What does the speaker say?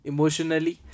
Emotionally